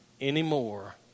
anymore